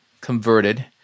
converted